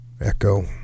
Echo